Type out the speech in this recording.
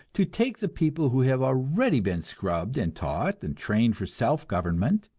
to take the people who have already been scrubbed and taught and trained for self-government,